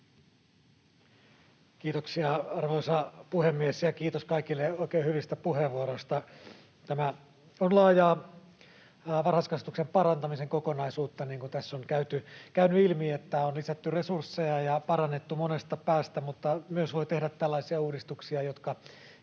Kiitoksia, arvoisa puhemies! Ja kiitos kaikille oikein hyvistä puheenvuoroista. Tämä on laajaa varhaiskasvatuksen parantamisen kokonaisuutta, niin kuin tässä on käynyt ilmi. On lisätty resursseja ja parannettu monesta päästä, mutta on myös voitu tehdä tällaisia uudistuksia, jotka